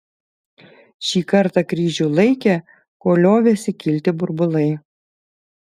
šį kartą kryžių laikė kol liovėsi kilti burbulai